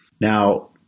Now